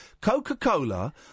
Coca-Cola